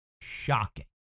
Shocking